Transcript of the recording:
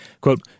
quote